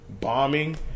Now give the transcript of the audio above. Bombing